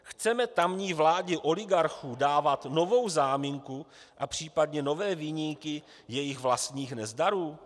Chceme tamní vládě oligarchů dávat novou záminku a případně nové viníky jejich vlastních nezdarů?